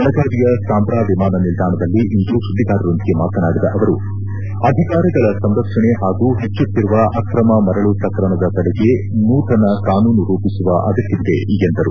ಬೆಳಗಾವಿಯ ಸಾಂಬ್ರಾ ವಿಮಾನ ನಿಲ್ದಾಣದಲ್ಲಿ ಇಂದು ಸುದ್ದಿಗಾರರೊಂದಿಗೆ ಮಾತನಾಡಿದ ಅವರು ಅಧಿಕಾರಗಳ ಸಂರಕ್ಷಣೆ ಹಾಗೂ ಹೆಚ್ಚುತ್ತಿರುವ ಅಕ್ರಮ ಮರಳು ಪ್ರಕರಣದ ತಡೆಗೆ ನೂತನ ಕಾನೂನು ರೂಪಿಸುವ ಅಗತ್ಯವಿದೆ ಎಂದರು